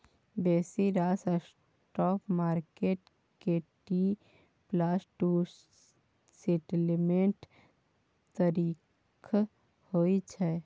बेसी रास spot market के टी प्लस टू सेटलमेंट्स तारीख होइ छै